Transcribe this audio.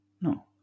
No